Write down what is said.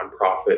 nonprofit